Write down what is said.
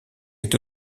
est